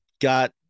got